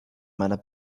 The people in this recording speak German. meiner